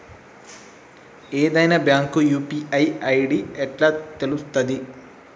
ఏదైనా bank UPI ID ఎట్లా తెలుత్తది?